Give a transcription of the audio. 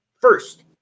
first